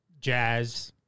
Jazz